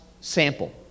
Sample